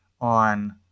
on